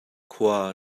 khua